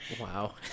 wow